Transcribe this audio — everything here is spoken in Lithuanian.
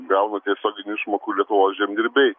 gauna tiesioginių išmokų lietuvos žemdirbiai